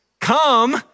Come